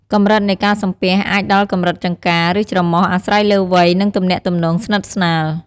កម្រិតនៃការសំពះអាចដល់កម្រិតចង្កា ឬច្រមុះ អាស្រ័យលើវ័យ និងទំនាក់ទំនងស្និទ្ធស្នាល។